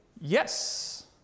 Yes